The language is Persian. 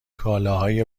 کالاهای